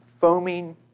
foaming